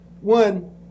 One